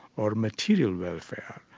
or material welfare.